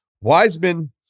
Wiseman